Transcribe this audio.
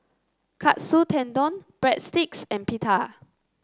Katsu Tendon Breadsticks and Pita